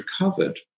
recovered